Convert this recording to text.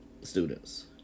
students